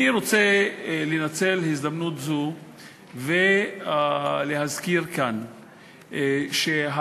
אני רוצה לנצל הזדמנות זו ולהזכיר כאן שהגישה